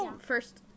first